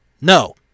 No